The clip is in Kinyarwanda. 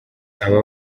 aba